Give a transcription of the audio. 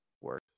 work